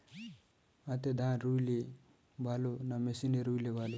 হাতে ধান রুইলে ভালো না মেশিনে রুইলে ভালো?